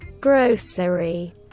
Grocery